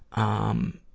um,